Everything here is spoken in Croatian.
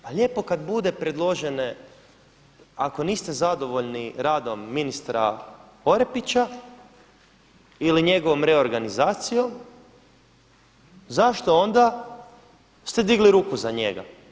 Pa lijepo kada budu predložene, ako niste zadovoljni radom ministra Orepića ili njegovom reorganizacijom zašto onda ste digli ruku za njega.